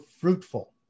fruitful